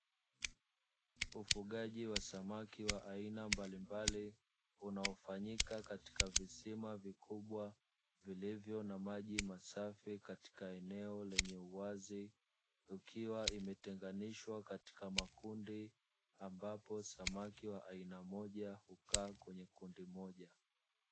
Ufugaji wa samaki wa aina mbalimbali unaofanyika katika visima vikubwa vilivyo na maji masafi katika eneo lenye uwazi, ikiwa imetengenishwa katika makundi ambapo samaki wa aina moja hukaa kwenye kundi moja.